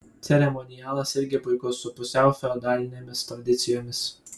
ceremonialas irgi puikus su pusiau feodalinėmis tradicijomis